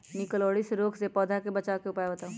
निककरोलीसिस रोग से पौधा के बचाव के उपाय बताऊ?